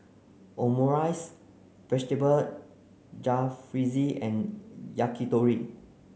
omurice vegetable Jalfrezi and Yakitori